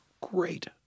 great